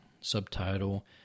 subtitle